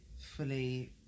Fully